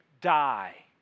die